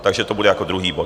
Takže to bude jako druhý bod.